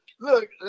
look